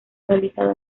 realizado